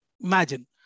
Imagine